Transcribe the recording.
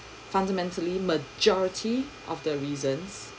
fundamentally majority of the reasons